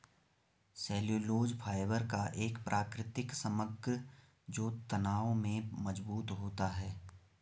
cellulose fibre का एक प्राकृतिक समग्र जो तनाव में मजबूत होता है